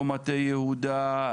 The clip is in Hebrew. לא מטה יהודה,